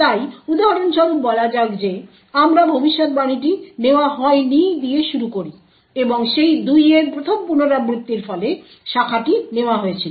তাই উদাহরণ স্বরূপ বলা যাক যে আমরা ভবিষ্যদ্বাণীটি নেওয়া হয়নি দিয়ে শুরু করি এবং সেই 2 এর প্রথম পুনরাবৃত্তির ফলে শাখাটি নেওয়া হয়েছিল